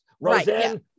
Roseanne